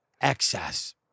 excess